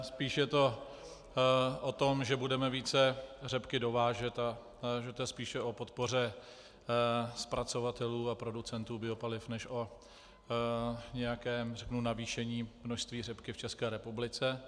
Spíše je to o tom, že budeme více řepky dovážet, a je to spíše o podpoře zpracovatelů a producentů biopaliv než o nějakém navýšení množství řepky v České republice.